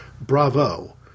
bravo